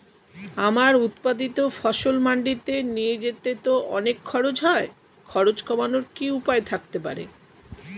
আমার উৎপাদিত ফসল মান্ডিতে নিয়ে যেতে তো অনেক খরচ হয় খরচ কমানোর কি উপায় থাকতে পারে?